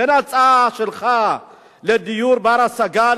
בין ההצעה שלך לדיור בר-השגה,